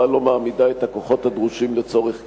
לא מעמידה את הכוחות הדרושים לצורך כך.